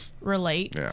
relate